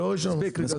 נספיק.